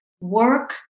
work